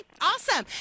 awesome